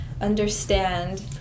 understand